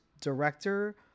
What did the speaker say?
director